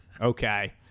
Okay